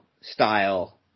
style